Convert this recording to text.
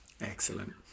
Excellent